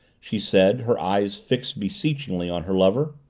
she said, her eyes fixed beseechingly on her lover.